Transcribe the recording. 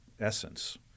essence